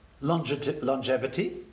longevity